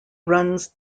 runs